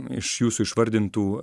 iš jūsų išvardintų